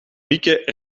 mieke